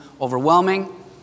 overwhelming